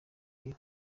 you